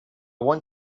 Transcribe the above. want